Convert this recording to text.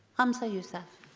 humza yousaf